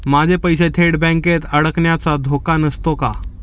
माझे पैसे थेट बँकेत अडकण्याचा धोका नसतो का?